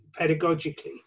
pedagogically